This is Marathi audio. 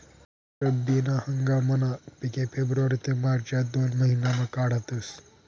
रब्बी ना हंगामना पिके फेब्रुवारी ते मार्च या दोन महिनामा काढातस